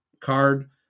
card